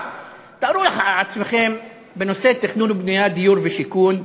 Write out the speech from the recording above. תארו לעצמכם, בנושא תכנון ובנייה, דיור ושיכון,